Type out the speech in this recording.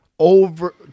Over